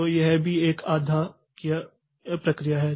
तो यह भी एक आधा किया प्रक्रिया है